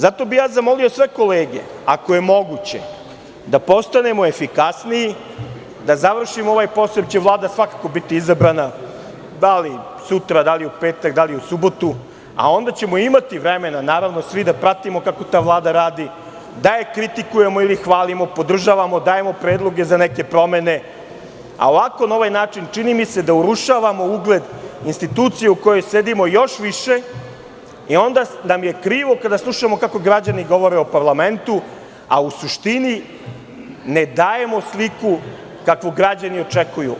Zato bi ja zamolio sve kolege, ako je moguće da postanemo efikasniji, da završimo ovaj posao, jer će Vlada svakako biti izabrana, da li sutra, da li u petak, da li u subotu, a onda ćemo imati vremena, naravno svi da pratimo kako ta vlada radi, da je kritikujemo ili hvalimo, podržavamo, dajemo predloge za neke promene, a ovako na ovaj način, čini mi se da urušavamo ugled institucije u kojoj sedimo još više i onda nam je krivo kada slušamo kako građani govore o parlamentu, a u suštini ne dajemo sliku kakvu građani očekuju.